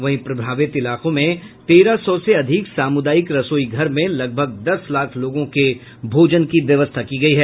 वहीं प्रभावित इलाकों में तेरह सौ से अधिक सामुदायिक रसोई घर में लगभग दस लाख लोगों के भोजन की व्यवस्था की गयी है